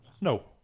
No